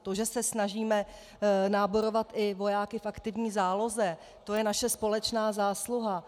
To, že se snažíme náborovat i vojáky v aktivní záloze, to je naše společná zásluha.